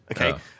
Okay